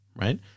Right